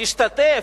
תשתתף,